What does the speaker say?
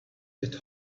that